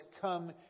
come